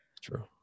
True